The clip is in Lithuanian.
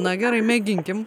na gerai mėginkime